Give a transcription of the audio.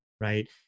right